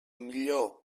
millor